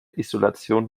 isolation